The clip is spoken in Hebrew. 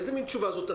איזו מין תשובה זאת?